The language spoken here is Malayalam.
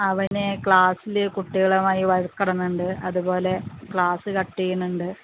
അവന് ക്ലാസിലെ കുട്ടികളുമായി വഴക്കിടുന്നുണ്ട് അതുപോലെ ക്ലാസ്സ് കട്ട് ചെയ്യുന്നുണ്ട്